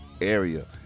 area